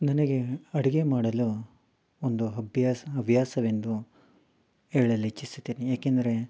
ನನಗೆ ಅಡುಗೆ ಮಾಡಲು ಒಂದು ಹವ್ಯಾಸ ಹವ್ಯಾಸವೆಂದು ಹೇಳಲು ಇಚ್ಛಿಸುತ್ತೇನೆ ಏಕೆಂದರೆ